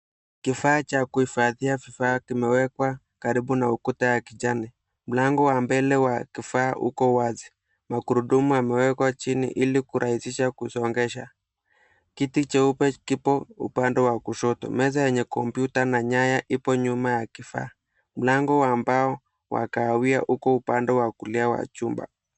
Kifaa cha kuhifadhia vifaa kimewekwa karibu na ukuta ya kijani. Mlango wa mbele wa kifaa uko wazi. Magurudumu yamewekwa chini ili kurahisisha kusogeza. Kiti cheupe kipo upande wa kushoto. Meza yenye kompyuta na nyaya ipo nyuma ya kifaa. Mlango wa mbao wa kahawia uko upande wa kulia wa chumba.